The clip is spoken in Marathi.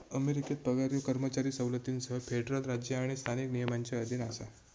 अमेरिकेत पगार ह्यो कर्मचारी सवलतींसह फेडरल राज्य आणि स्थानिक नियमांच्या अधीन असा